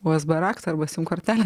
usb raktą arba sim kortelę